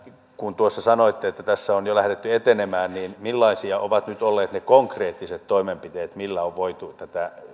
kun tuossa sanoitte että tässä on jo lähdetty etenemään millaisia ovat nyt olleet ne konkreettiset toimenpiteet millä on voitu tätä